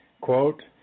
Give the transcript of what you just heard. Quote